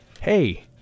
Hey